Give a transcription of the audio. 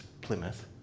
Plymouth